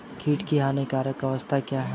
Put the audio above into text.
कीट की हानिकारक अवस्था क्या है?